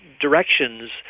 directions